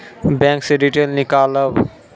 Bank से detail नीकालव?